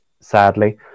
sadly